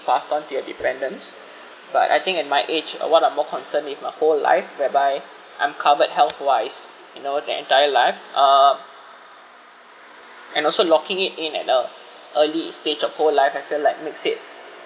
pass down to your dependents but I think at my age or what I'm more concerned with my whole life whereby I'm covered healthwise you know the entire life ah and also locking it in at the early stage of whole life I feel like makes it